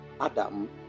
Adam